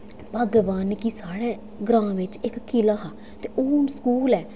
भाग्यवान न कि साढ़ै ग्रांऽ बिच्च इक किला हा ते ओह् हून स्कूल ऐ